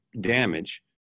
damage